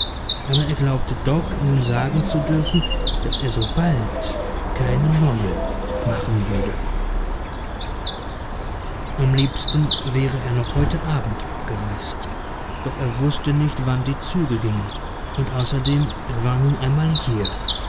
aber er glaubte doch nun sagen zu dürfen daß er so bald keine neue machen würde am liebsten wäre er noch heute abend abgereist doch er wußte nicht wann die züge gingen und außerdem er war nun einmal hier